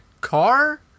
car